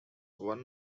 one